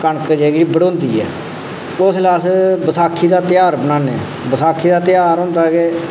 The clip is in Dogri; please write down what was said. कनक जेह्की बढोंदी ऐ उसलै अस बसाखी दा तेहार बनान्ने आं बसाखी दा तेहार होंदा कि